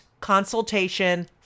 consultation